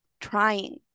trying